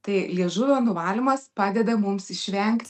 tai liežuvio nuvalymas padeda mums išvengti